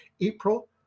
April